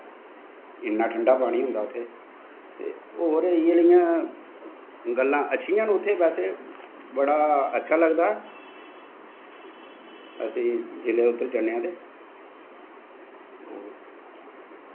इन्ना ठंडा पानी होंदा ते होर इयै जेहियां गल्लां अच्छियां न उत्थें बैसे बड़ा अच्छा लगदा ऐ अस जिसलै उध्दर जन्नें आं ते